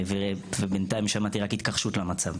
ובינתיים שמעתי רק התכחשות למצב,